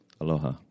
Aloha